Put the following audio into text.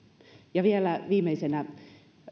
ja vielä viimeisenä